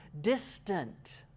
distant